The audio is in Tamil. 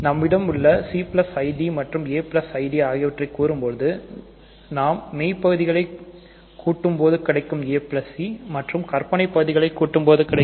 நம்மிடம் உள்ள cid மற்றும் aib ஆகியவற்றை கூட்டும்போது நாம் மெய் பகுதிகளை கூட்டும் போது கிடைக்கும் ac மற்றும் கற்பனை பகுதிகளை கூட்டும் போது cd கிடைக்கும்